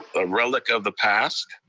a relic of the past,